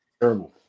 terrible